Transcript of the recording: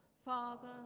Father